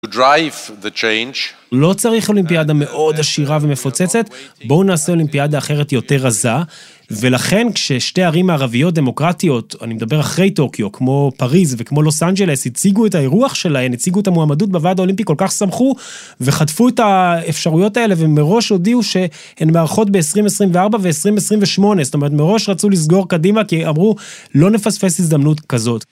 לא צריך אולימפיאדה מאוד עשירה ומפוצצת, בואו נעשה אולימפיאדה אחרת יותר רזה ולכן כששתי ערים מערביות דמוקרטיות, אני מדבר אחרי טוקיו, כמו פריז וכמו לוס אנג'לס, הציגו את האירוח שלהם, הציגו את המועמדות בוועד האולימפי, כל כך סמכו וחטפו את האפשרויות האלה ומראש הודיעו שהן מארחות ב-2024 ו-2028, זאת אומרת מראש רצו לסגור קדימה כי אמרו לא נפספס הזדמנות כזאת.